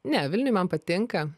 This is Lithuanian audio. ne vilniuj man patinka